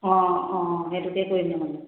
অঁ অঁ সেইটোকে কৰিম আৰু